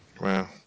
Wow